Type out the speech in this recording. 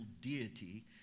deity